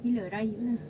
bila raya lah